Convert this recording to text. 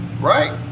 right